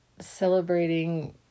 celebrating